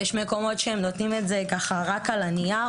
יש מקומות שנותנים את זה רק על הנייר